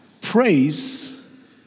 Praise